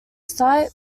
site